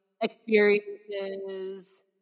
experiences